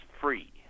free